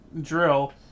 drill